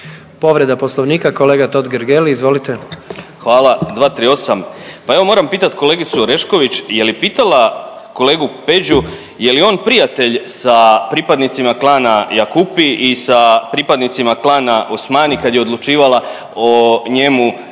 Povreda Poslovnika kolega Totgergeli, izvolite. **Totgergeli, Miro (HDZ)** Hvala. 238. Pa evo moram pitati kolegicu Orešković je li pitala kolegu Peđu je li on prijatelj sa pripadnicima klana Jakupi i sa pripadnicima klana Osmani kad je odlučivala o njemu